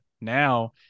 now